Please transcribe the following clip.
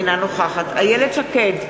אינה נוכחת איילת שקד,